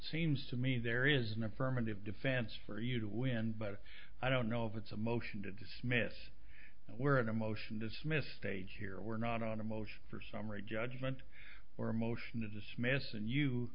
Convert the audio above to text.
seems to me there is an affirmative defense for you to win but i don't know if it's a motion to dismiss we're in a motion dismissed stage here we're not on a motion for summary judgment or a motion to dismiss and you